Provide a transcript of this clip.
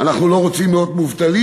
אנחנו לא רוצים עוד מובטלים,